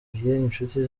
inshuti